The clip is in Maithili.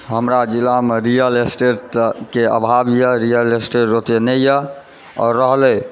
हमरा जिलामे रियल इस्टेटके अभावए रियल इस्टेट ओतए नहिए आओर रहलै